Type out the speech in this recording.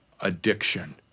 addiction